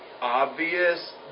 obvious